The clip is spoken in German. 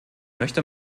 möchte